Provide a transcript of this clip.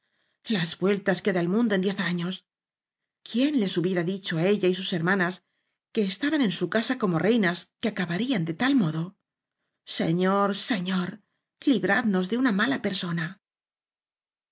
las vueltas que da el mundo en diez años quién les hubiera dicho á ella y sus hermanas que estaban en su casa como reinas que acabarían de tal modo señor señor libradnos de una mala persona